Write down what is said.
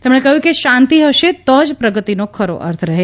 તેમણે કહ્યું કે શાંતિ હશે તો જ પ્રગતિનો ખરો અર્થ રહે